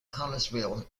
connellsville